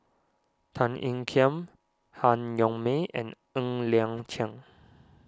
Tan Ean Kiam Han Yong May and Ng Liang Chiang